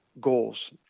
goals